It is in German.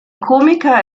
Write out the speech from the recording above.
komiker